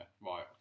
Right